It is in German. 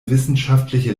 wissenschaftliche